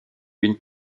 une